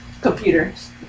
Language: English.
computers